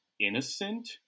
innocent